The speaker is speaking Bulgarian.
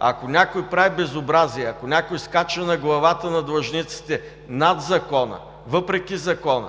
ако някой прави безобразия, ако някой скача на главата на длъжниците над закона, въпреки закона,